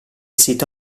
sito